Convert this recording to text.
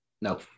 No